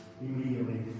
Immediately